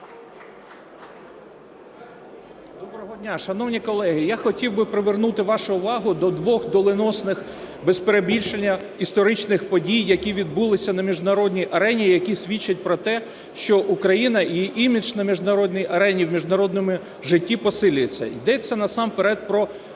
Доброго дня. Шановні колеги, я хотів би привернути вашу увагу до двох доленосних, без перебільшення, історичних подій, які відбулися на міжнародній арені, які свідчать про те, що Україна і її імідж на міжнародній арені і в міжнародному житті посилюється. Йдеться насамперед про